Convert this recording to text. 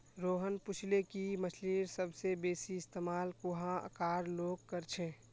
रोहन पूछले कि मछ्लीर सबसे बेसि इस्तमाल कुहाँ कार लोग कर छे